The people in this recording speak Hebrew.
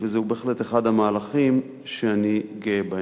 וזהו בהחלט אחד המהלכים שאני גאה בהם.